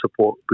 support